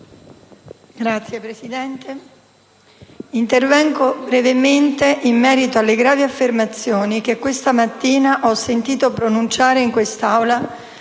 Grazie, presidente